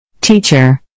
Teacher